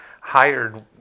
hired